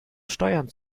steuern